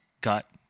got